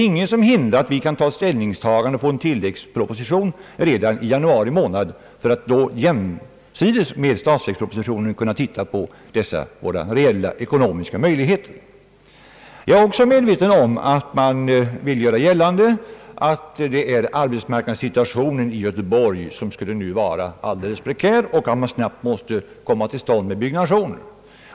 Ingenting hindrar att vi kan ta ställning till denna fråga i samband med en tilläggsproposition redan i januari månad för att då jämsides med statsverkspropositionen kunna bedöma våra reella ekonomiska möjligheter. Man har också velat göra gällande att arbetsmarknadssituationen i Göteborg är särskilt prekär, vilket gör att man snabbt måste komma i gång med byggnationen.